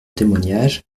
témoignage